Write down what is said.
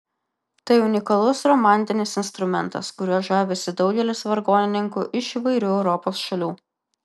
tai unikalus romantinis instrumentas kuriuo žavisi daugelis vargonininkų iš įvairių europos šalių